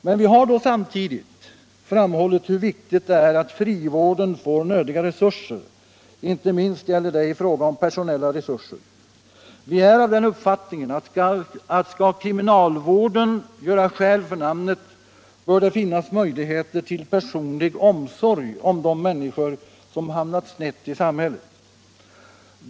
Men vi har då samtidigt framhållit hur viktigt det är att frivården får nödiga resurser, inte minst personella resurser. Vi är av den uppfattningen, att skall kriminalvården göra skäl för namnet bör det finnas möjligheter till personlig omsorg om de människor som hamnat snett i samhället.